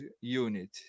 unit